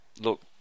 look